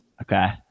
Okay